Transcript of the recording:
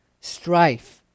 strife